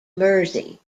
mersey